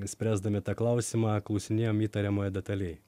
spręsdami tą klausimą klausinėjam įtariamojo detaliai